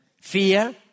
fear